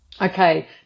Okay